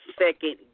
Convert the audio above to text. second